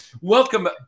welcome